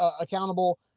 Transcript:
accountable